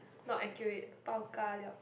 not accurate pao-ka-liao